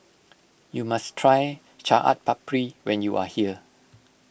you must try Chaat Papri when you are here